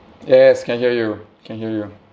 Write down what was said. yes can hear you can hear you